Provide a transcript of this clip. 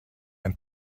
ein